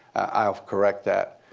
i'll correct that.